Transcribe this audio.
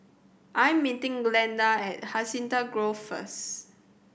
I am meeting Glynda at Hacienda Grove first